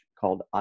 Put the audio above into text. called